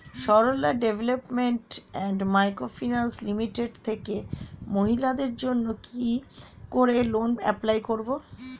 Sarala development and micro finance limited থেকে মহিলাদের জন্য কি করে লোন এপ্লাই করব?